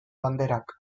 banderak